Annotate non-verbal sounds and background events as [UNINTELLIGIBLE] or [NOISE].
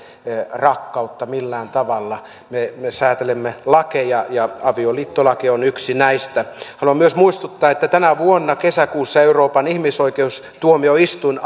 rakkautta millään tavalla me me säätelemme lakeja ja avioliittolaki on yksi näistä haluan myös muistuttaa että tänä vuonna kesäkuussa euroopan ihmisoikeustuomioistuin [UNINTELLIGIBLE]